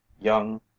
young